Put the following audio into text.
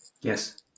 Yes